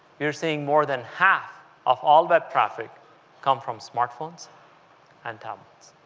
we are seeing more than half of all that traffic come from smartphones and tablets.